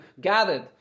gathered